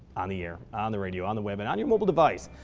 on the air, on the radio, on the web, and on your mobile device,